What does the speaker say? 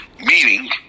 Meaning